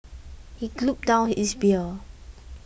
he gulped down his beer